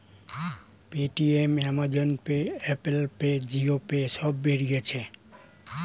Paytm, Amazon pay, Apple pay, Jio pay সব বেরিয়েছে